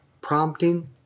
prompting